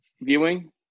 viewing